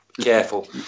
careful